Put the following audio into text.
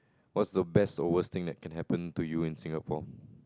what's the best or worst thing that can happen to you in Singapore